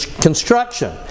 construction